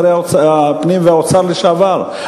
שרי הפנים והאוצר לשעבר,